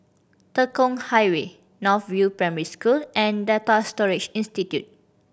Tekong Highway North View Primary School and Data Storage Institute